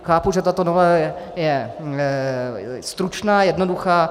Chápu, že tato novela je stručná, jednoduchá.